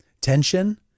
tension